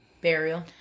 Burial